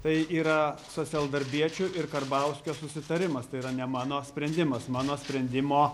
tai yra socialdarbiečių ir karbauskio susitarimas tai yra ne mano sprendimas mano sprendimo